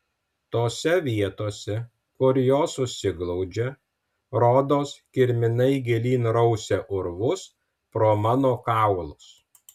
tose vietose kur jos susiglaudžia rodos kirminai gilyn rausia urvus pro mano kaulus